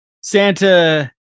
Santa